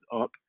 up